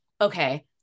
okay